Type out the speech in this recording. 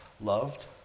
loved